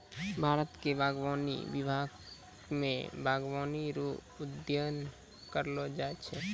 भारत मे बागवानी विभाग मे बागवानी रो अध्ययन करैलो जाय छै